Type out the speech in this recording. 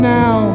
now